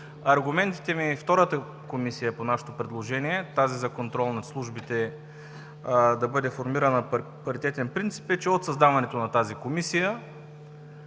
Аргументите ми втората Комисия по нашето предложение - тази за контрол на службите да бъде формирана на паритетен принцип, са, че от създаването на Комисията,